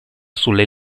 sulle